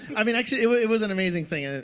i mean, actually it was it was an amazing thing. ah